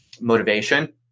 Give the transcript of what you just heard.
motivation